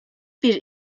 bir